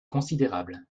considérable